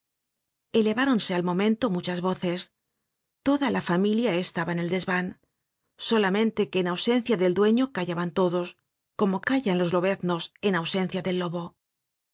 eleváronse al momento muchas voces toda la familia estaba en el desvan solamente que en ausencia del dueño callaban todos como callan los lobeznos en ausencia del lobo